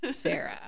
Sarah